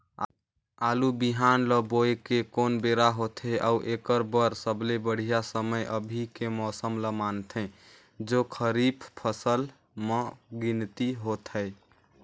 आलू बिहान ल बोये के कोन बेरा होथे अउ एकर बर सबले बढ़िया समय अभी के मौसम ल मानथें जो खरीफ फसल म गिनती होथै?